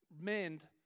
mend